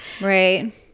Right